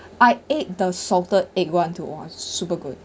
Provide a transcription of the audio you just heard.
I ate the salted egg [one] too !wah! super good